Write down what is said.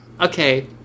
Okay